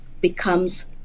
becomes